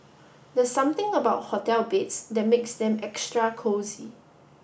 there's something about hotel beds that makes them extra cosy